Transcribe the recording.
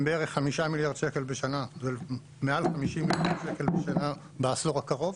בערך 5 מיליארד שקל בשנה ומעל 50 מיליארד שקל בעשור הקרוב,